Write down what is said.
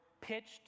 pitched